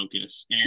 focus